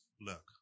look